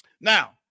Now